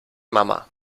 mama